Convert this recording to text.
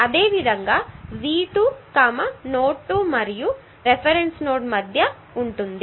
అదేవిధంగా V2 node 2 మరియు reference node మధ్య ఉంటుంది